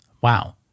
Wow